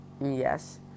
yes